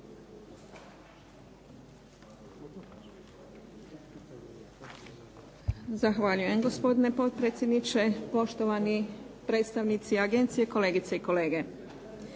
Zahvaljujem gospodine potpredsjedniče, poštovani predstavnici agencije, kolegice i kolege.